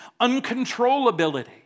uncontrollability